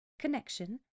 connection